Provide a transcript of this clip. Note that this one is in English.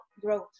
growth